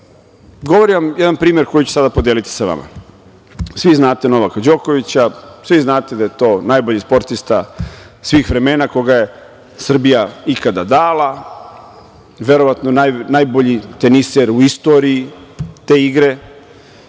govori vam jedan primer koji ću sada podeliti sa vama. svi znate Novaka Đokovića, svi znate da je to najbolji sportista svih vremena koga je Srbija ikada dala, verovatno najbolji teniser u istoriji te igre,